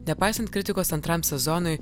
nepaisant kritikos antram sezonui